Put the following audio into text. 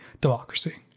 democracy